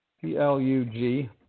P-L-U-G